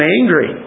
angry